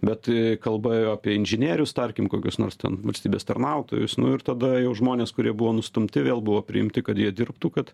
bet kalba ėjo apie inžinierius tarkim kokius nors ten valstybės tarnautojus nu ir tada jau žmonės kurie buvo nustumti vėl buvo priimti kad jie dirbtų kad